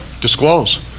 Disclose